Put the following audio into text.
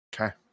Okay